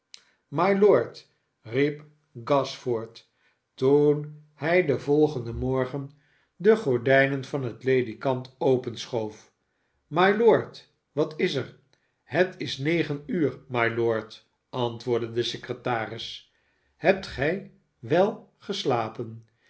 amylord riep gashford toen hij den volgenden morgendegordijnen van het ledikant openschoof mylord swat is er het is negen uur mylord antwoordde de secretaris hebt gij wel geslapen